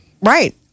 Right